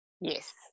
yes